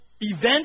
event